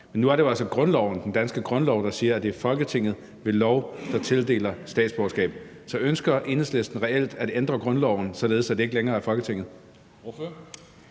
Men nu er det jo altså grundloven, den danske grundlov, der siger, at det er Folketinget, der ved lov tildeler statsborgerskab. Så ønsker Enhedslisten reelt at ændre grundloven, således at det ikke længere er Folketinget?